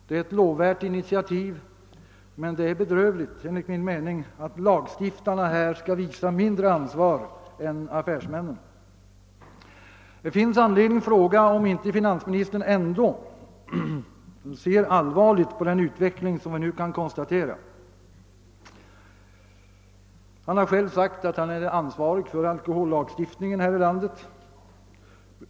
Det är ett lovvärt initiativ, men det är bedrövligt att lagstiftarna visar mindre ansvar än affärsmännen. Det finns anledning att fråga, om inte finansministern ändå ser allvarligt på den utveckling som vi nu kan konstate ra. Han har själv sagt att han är ansvarig för alkohollagstiftningen i vårt land.